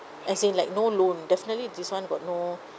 as in like no loan definitely this one got no